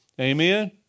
Amen